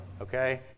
okay